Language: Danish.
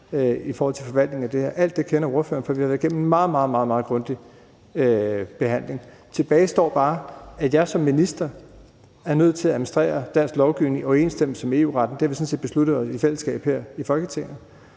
lande om forvaltningen af det her. Alt det ved ordføreren, for vi har været igennem en meget, meget grundig behandling. Tilbage står bare, at jeg som minister er nødt til at administrere dansk lovgivning i overensstemmelse med EU-retten. Det har vi sådan set besluttet i fællesskab her i Folketinget.